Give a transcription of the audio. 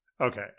Okay